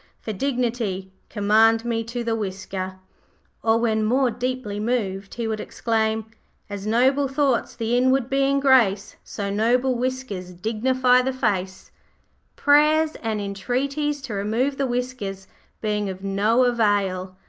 for dignity, commend me to the whisker or, when more deeply moved, he would exclaim as noble thoughts the inward being grace, so noble whiskers dignify the face prayers and entreaties to remove the whiskers being of no avail,